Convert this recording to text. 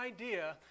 idea